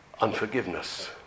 unforgiveness